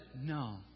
no